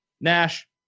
Nash